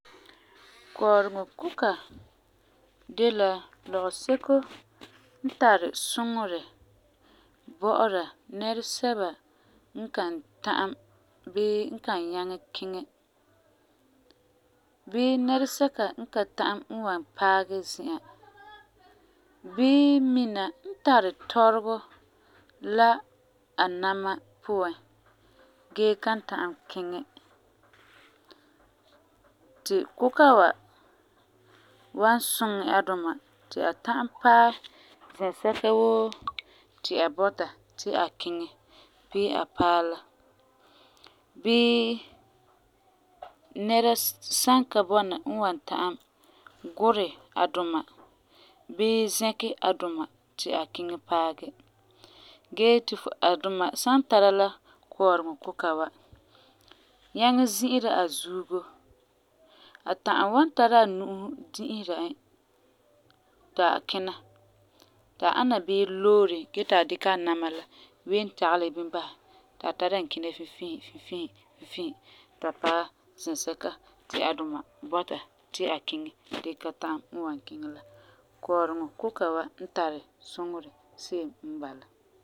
Kɔɔreŋɔ kuka de la lɔgeseko n tari suŋerɛ bɔ'ɔra nɛresɛba n kan ta'am bii n kan nyaŋɛ kiŋɛ bii nɛresɛka n kan ta'am n wan paagɛ zi'an bii Mina n tari tɔregɔ la a nama puan gee kan ta'am kiŋɛ. Ti kuka wa wan suŋɛ a duma ti ka ta'am paɛ zɛsɛka woo ti a bɔta ti a kiŋɛ bii a paɛ la, bii nɛra san ka bɔna n wan ta'am gurɛ a duma bii zɛkɛ a duma ti a kiŋɛ paagɛ, gee ti a duma san tara la kɔɔreŋɔ kuka wa nyaŋɛ zi'ire ka zuo, a ta'am wan tara a nu'usi di'ira e ti a kina, ti a ana bii loore gee ti a dikɛ a nama ween tagelɛ bini basɛ ti a tara e kina fifisi fifisi ta paɛ zɛsɛka ti a duma bɔta ti a kiŋɛ gee kan ta'am n wan kiŋɛ la. Kɔɔreŋɔ kuka wa n tari suŋerɛ se'em n bala.